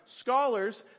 Scholars